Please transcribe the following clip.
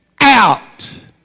out